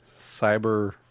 Cyber